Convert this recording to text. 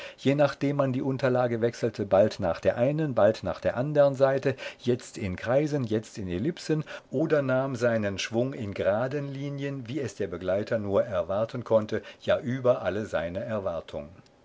je nachdem man die unterlage wechselte bald nach der einen bald nach der andern seite jetzt in kreisen jetzt in ellipsen oder nahm seinen schwung in graden linien wie es der begleiter nur erwarten konnte ja über alle seine erwartung